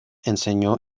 enseñó